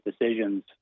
decisions